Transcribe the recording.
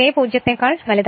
K 0 നെക്കാൾ വലുതാണ്